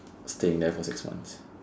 staying there for six months